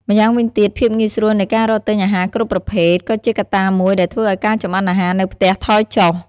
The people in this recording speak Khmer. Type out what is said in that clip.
ម្យ៉ាងវិញទៀត ភាពងាយស្រួលនៃការរកទិញអាហារគ្រប់ប្រភេទក៏ជាកត្តាមួយដែលធ្វើឱ្យការចម្អិនអាហារនៅផ្ទះថយចុះ ។